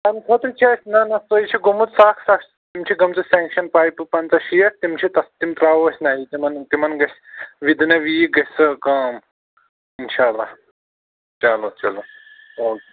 تَمہِ خٲطرٕ چھِ اَسہِ نہَ نہَ سُے چھُ گوٚمُت سُہ اکھ سۅ اکھ تِم چھِ گٲمژٕ سٮ۪نٛکشَن پایپہٕ پنٛژاہ شیٹھ تِم چھِ تَتھ تِم ترٛاوو أسۍ نَیہِ تِمَن تِمَن گژھِ وِدٕن اے ویٖک گژھِ سۄ کٲم اِنشاء اللہ چلو چلو او کے